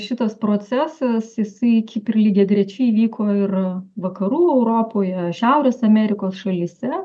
šitas procesas jisai kaip ir lygiagrečiai vyko ir vakarų europoje šiaurės amerikos šalyse